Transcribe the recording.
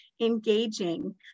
engaging